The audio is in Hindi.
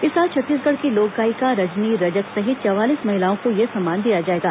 इस साल छत्तीसगढ़ की लोक गायिका रजनी रजक सहित चवालीस महिलाओं को यह सम्मान दिया जाएगा